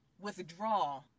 withdraw